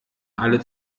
alle